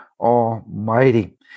Almighty